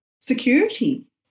security